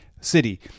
city